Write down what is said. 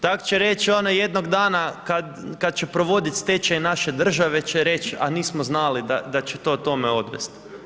Tak će reć ono jednog dana kad će provodit stečaj naše države će reći, a nismo znali da će to tome odvest.